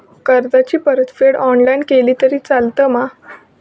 कर्जाची परतफेड ऑनलाइन केली तरी चलता मा?